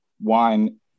wine